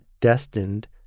destined